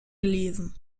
gelesen